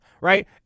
right